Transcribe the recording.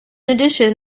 addition